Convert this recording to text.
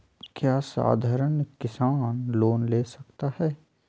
क्या साधरण किसान लोन ले सकता है?